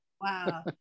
Wow